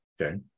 Okay